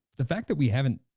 the fact that we haven't,